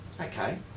Okay